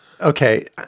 okay